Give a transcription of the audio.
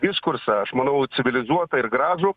diskursą aš manau civilizuotą ir gražų